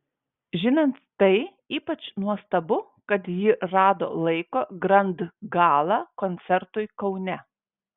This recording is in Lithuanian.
žinant tai ypač nuostabu kad ji rado laiko grand gala koncertui kaune